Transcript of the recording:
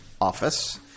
office